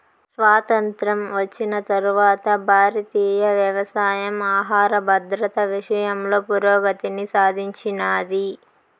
స్వాతంత్ర్యం వచ్చిన తరవాత భారతీయ వ్యవసాయం ఆహర భద్రత విషయంలో పురోగతిని సాధించినాది